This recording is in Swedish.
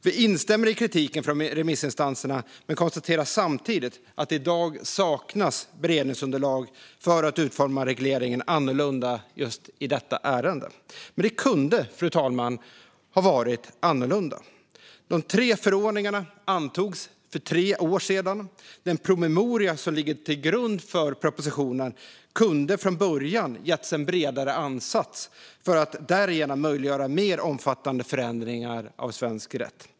Vi instämmer i kritiken från remissinstanserna men konstaterar samtidigt att det i dag saknas beredningsunderlag för att utforma regleringen annorlunda i detta ärende. Men det kunde ha varit annorlunda, fru talman. De tre förordningarna antogs för tre år sedan. Den promemoria som ligger till grund för propositionen kunde från början ha getts en bredare ansats för att därigenom möjliggöra mer omfattande förändringar av svensk rätt.